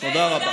תודה רבה.